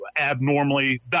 abnormally